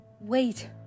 Wait